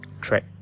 track